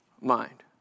mind